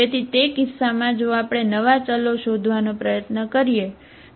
તેથી તે કિસ્સામાં જો આપણે નવા ચલો શોધવાનો પ્રયત્ન કરીએ બરાબર